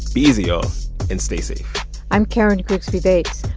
be easy, y'all. and stay safe i'm karen grigsby bates.